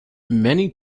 many